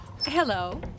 Hello